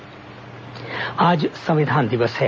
संविधान दिवस आज संविधान दिवस है